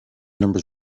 numbers